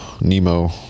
Nemo